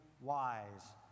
wise